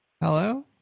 Hello